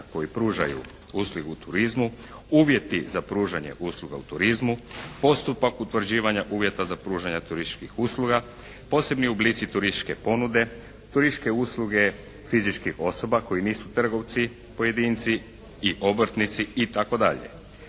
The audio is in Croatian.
koji pružaju usluge u turizmu, uvjeti za pružanje usluga u turizmu, postupak utvrđivanja uvjeta za pružanje turističkih usluga, posebni oblici turističke ponude, turističke usluge fizičkih osoba koji nisu trgovci pojedinci i obrtnici itd.